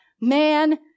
Man